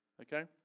Okay